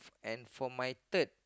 and for my third